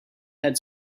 had